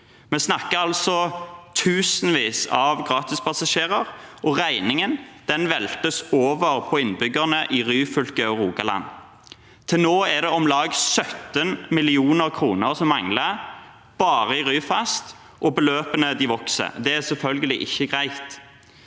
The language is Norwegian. Vi snakker altså om tusenvis av gratispassasjerer, og regningen veltes over på innbyggerne i Ryfylke og Rogaland. Til nå er det om lag 17 mill. kr som mangler bare i Ryfast, og beløpene vokser. Det er selvfølgelig ikke greit.